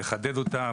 לחדד אותה,